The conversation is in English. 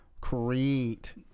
create